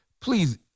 Please